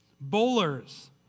bowlers